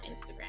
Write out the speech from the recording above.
Instagram